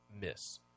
miss